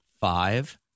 five